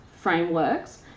frameworks